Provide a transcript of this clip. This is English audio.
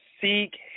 Seek